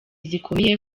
zikomeye